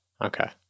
Okay